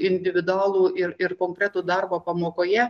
individualų ir ir konkretų darbą pamokoje